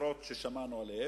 גזירות ששמענו עליהן,